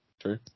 true